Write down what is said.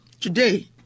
today